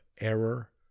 error